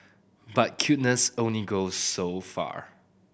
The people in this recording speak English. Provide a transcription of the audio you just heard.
but cuteness only goes so far